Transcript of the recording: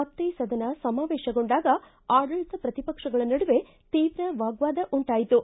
ಮತ್ತೇ ಸದನ ಸಮಾವೇಶಗೊಂಡಾಗ ಆಡಳಿತ ಪ್ರತಿಪಕ್ಷಗಳ ನಡುವೆ ತೀವ್ರ ವಾಗ್ನಾದ ಉಂಟಾಯಿತು